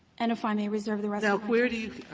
and if i may reserve the rest of